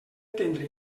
entendre